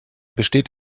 besteht